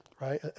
right